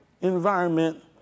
environment